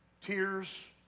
Tears